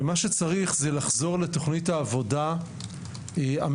מה שצריך זה לחזור לתוכנית העבודה הממשלתית,